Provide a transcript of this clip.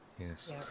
Yes